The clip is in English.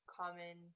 common